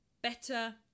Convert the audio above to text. better